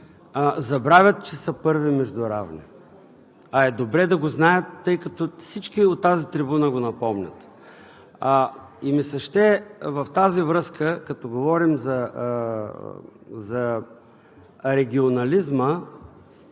забравят, че са първи между равни, а е добре да го знаят, тъй като всички от тази трибуна го напомнят. Когато говорим за регионализма,